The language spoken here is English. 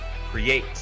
Create